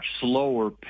slower